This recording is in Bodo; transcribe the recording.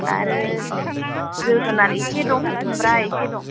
आरो जोगोनार एसे दं खुमब्रा एसे दं